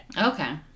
okay